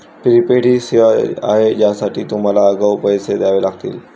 prepaid ही सेवा आहे ज्यासाठी तुम्हाला आगाऊ पैसे द्यावे लागतील